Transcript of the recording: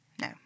No